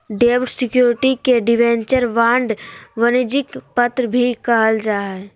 डेब्ट सिक्योरिटी के debenture, bond, वाणिज्यिक पत्र भी कहल जा हय